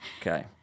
Okay